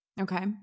okay